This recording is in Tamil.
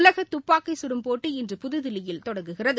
உலக துப்பாக்கிச் கடும் போட்டி இன்று புதுதில்லியில் தொடங்குகிறது